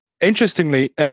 interestingly